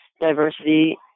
diversity